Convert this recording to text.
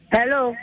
Hello